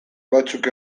batzuk